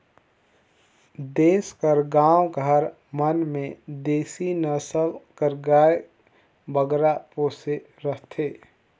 देस कर गाँव घर मन में देसी नसल कर गाय बगरा पोसे रहथें